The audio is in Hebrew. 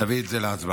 להביא את זה להצבעה.